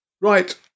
Right